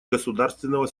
государственного